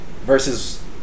versus